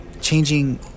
changing